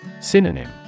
Synonym